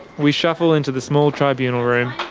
we shuffle into the small tribunal room.